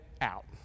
out